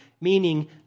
meaning